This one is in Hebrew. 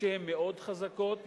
שהן מאוד חזקות,